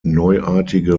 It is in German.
neuartige